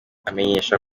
amenyesha